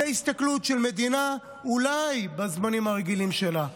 זו הסתכלות של מדינה אולי בזמנים הרגילים שלה.